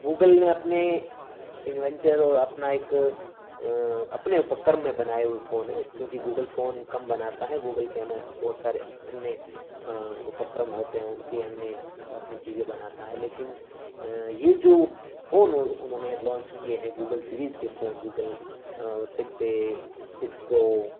Google نے اپنے انوینچر اور اپنا ایک اپنے اپکرم میں بنائے ہوئے فون ہیں چونکہ گوگل فون کم بناتا ہے گوگل کے ہیں نا بہت سارے انیہ اپکرم ہوتے ہیں ان کے انیہ اپنی چیزیں بناتا ہے لیکن یہ جو فون انہوں نے لانچ کیے ہیں گوگل سیریز کے phone Google six A six pro